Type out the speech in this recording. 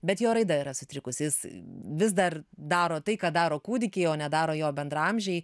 bet jo raida yra sutrikusi jis vis dar daro tai ką daro kūdikiai o nedaro jo bendraamžiai